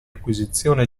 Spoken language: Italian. acquisizione